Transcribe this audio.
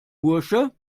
bursche